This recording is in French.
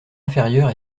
inférieure